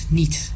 niet